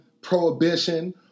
prohibition